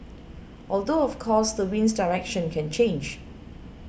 although of course the wind's direction can change